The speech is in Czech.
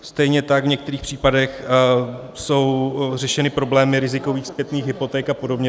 Stejně tak v některých případech jsou řešeny problémy rizikových zpětných hypoték apod.